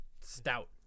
stout